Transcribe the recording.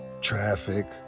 traffic